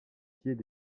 pieds